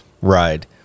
ride